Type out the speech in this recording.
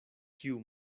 kiu